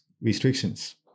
restrictions